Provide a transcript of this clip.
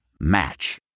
Match